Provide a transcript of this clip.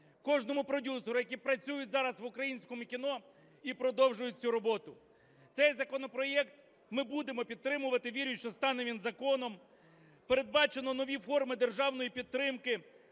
кожному продюсеру, які працюють зараз в українському кіно і продовжують цю роботу. Цей законопроект ми будемо підтримувати, і вірю, що стане він законом. Передбачено нові форми державної підтримки,